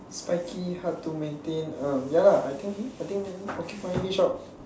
spiky hard to maintain ah ya lah then I think porcupine hedgehog